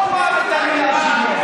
עוד פעם את המילה שוויון.